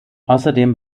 außerdem